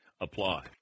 apply